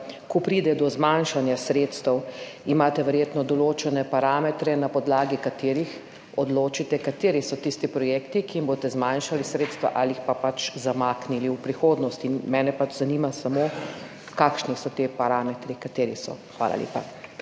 ko pride do zmanjšanja sredstev, imate verjetno določene parametre, na podlagi katerih odločite, kateri so tisti projekti, ki jim boste zmanjšali sredstva ali jih pa pač zamaknili v prihodnost. Mene zanima samo, kakšni so ti parametri, kateri so. Hvala lepa.